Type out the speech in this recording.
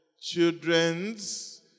children's